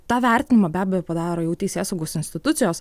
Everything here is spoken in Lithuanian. tą vertinimą be abejo padaro jau teisėsaugos institucijos